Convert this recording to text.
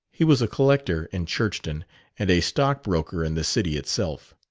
he was a collector in churchton and a stockbroker in the city itself.